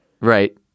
Right